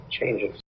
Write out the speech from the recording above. changes